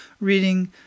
reading